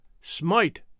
Smite